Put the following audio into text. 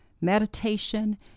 meditation